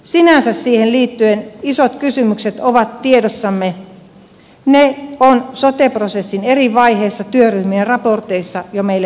sinänsä siihen liittyen isot kysymykset ovat tiedossamme ne on sote prosessin eri vaiheissa työryhmien raporteissa jo meille listattu